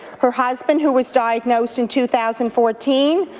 her husband who was diagnosed in two thousand fourteen,